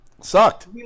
sucked